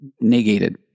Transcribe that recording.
negated